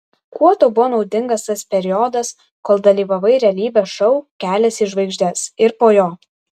kuo tau buvo naudingas tas periodas kol dalyvavai realybės šou kelias į žvaigždes ir po jo